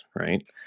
right